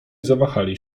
zawahali